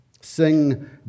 sing